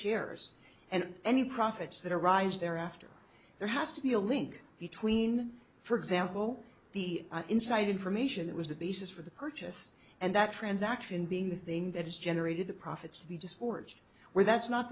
shares and any profits that arise thereafter there has to be a link between for example the inside information that was the basis for the purchase and that transaction being the thing that is generated the profits we just forged where that's not